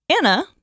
Anna